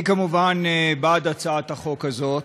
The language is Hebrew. אני כמובן בעד הצעת החוק הזאת,